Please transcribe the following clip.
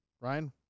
Ryan